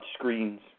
touchscreens